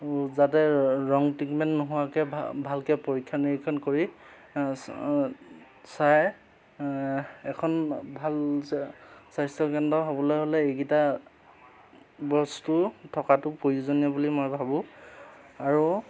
যাতে ৰং ট্ৰিটমেণ্ট নোহোৱাকৈ ভাল ভালকৈ পৰীক্ষা নিৰীক্ষণ কৰি চাই এখন ভাল স্বাস্থ্যকেন্দ্ৰ হ'বলৈ হ'লে এইকেইটা বস্তু থকাটো প্ৰয়োজনীয় বুলি মই ভাবোঁ আৰু